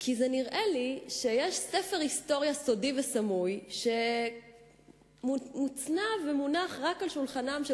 כי נראה לי שיש ספר היסטוריה סודי וסמוי שמוצנע ומונח רק על שולחנם של